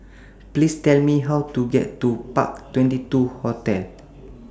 Please Tell Me How to get to Park twenty two Hotel